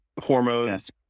hormones